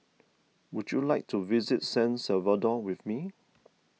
would you like to visit San Salvador with me